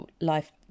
life